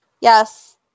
Yes